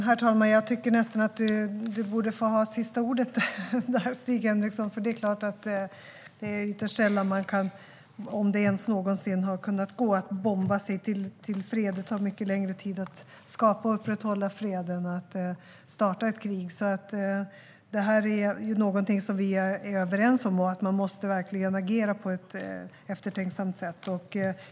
Herr talman! Stig Henrikssons ord borde nästan få bli de sista. Det är klart att det är ytterst sällan man kan bomba fram fred, om det ens någonsin har varit på det sättet. Det tar mycket längre tid att skapa och upprätthålla fred än det gör att starta ett krig. Vi är alltså överens om att man måste agera på ett eftertänksamt sätt.